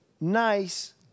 nice